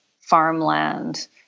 farmland